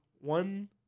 one